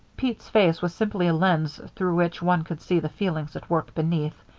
pete's face was simply a lens through which one could see the feelings at work beneath,